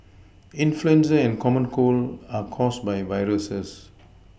influenza and the common cold are caused by viruses